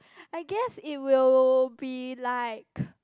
I guess it will be like